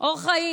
אור חיים.